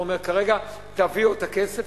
לא אומר: הרגע תביאו את הכסף,